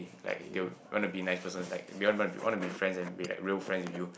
like they want to be nice person like they want want to be friends and be like real friends to you